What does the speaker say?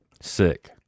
Sick